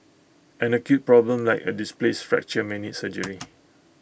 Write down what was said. an acute problem like A displaced fracture may need surgery